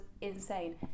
insane